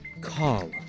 Call